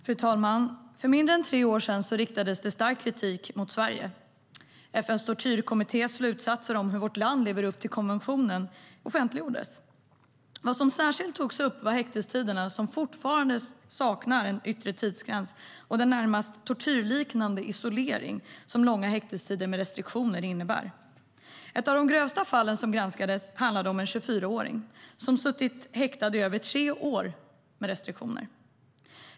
Fru talman! För mindre än tre år sedan riktades det stark kritik mot Sverige då FN:s tortyrkommittés slutsatser om hur vårt land lever upp till konventionen offentliggjordes. Vad som särskilt togs upp var häktestiderna, som fortfarande saknar en yttre tidsgräns, och den närmast tortyrliknande isolering långa häktestider med restriktioner innebär. Ett av de grövsta fallen som granskades handlade om en 24-åring som suttit häktad med restriktioner i över tre år.